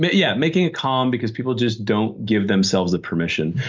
but yeah. making it calm because people just don't give themselves the permission.